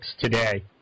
today